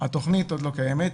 התכנית עוד לא קיימת,